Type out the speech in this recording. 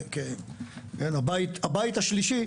הבית השלישי,